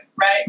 right